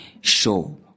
show